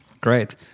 Great